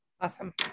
Awesome